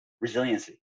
resiliency